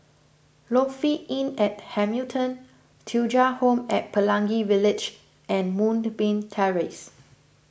Lofi Inn at Hamilton Thuja Home at Pelangi Village and Moonbeam Terrace